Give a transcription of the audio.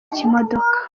kimodoka